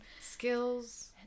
skills